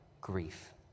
grief